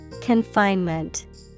Confinement